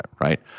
right